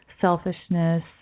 selfishness